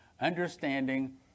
understanding